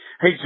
Hey